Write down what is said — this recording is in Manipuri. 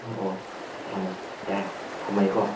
ꯑꯣ ꯑꯣ ꯑꯪ ꯌꯥꯏ ꯊꯝꯃꯒꯦ ꯀꯣ